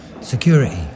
Security